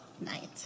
night